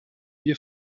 wir